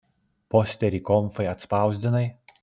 posterį konfai atspausdinai